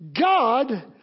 God